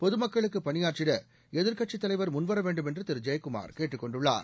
பொதுமக்களுக்கு பணியாற்றிட எதிர்க்கட்சித் தலைவர் முன்வர வேண்டுமென்று திரு ஜெயக்குமார் கேட்டுக் கொண்டுள்ளார்